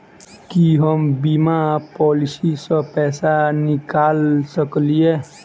की हम बीमा पॉलिसी सऽ पैसा निकाल सकलिये?